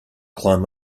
climb